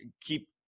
keep